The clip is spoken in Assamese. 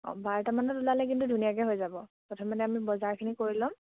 অঁ বাৰটামানত ওলালে কিন্তু ধুনীয়াকে হৈ যাব প্ৰথমতে আমি বজাৰখিনি কৰি ল'ম